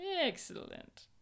excellent